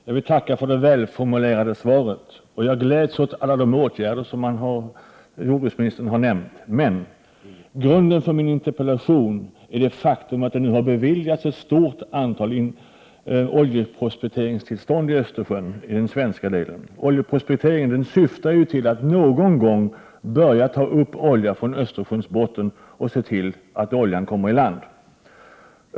Herr talman! Jag vill tacka för det välformulerade svaret, och jag gläds åt alla de åtgärder som jordbruksministern har nämnt. Men grunden för min interpellation är det faktum att det nu har beviljats ett stort antal tillstånd för oljeprospektering i den svenska delen av Östersjön. Oljeprospekteringen syftar ju till att någon gång börja ta upp olja från Östersjöns botten och se till att oljan kommer i land.